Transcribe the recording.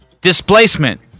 Displacement